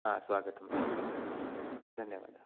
स्वागतमस्ति धन्यवादः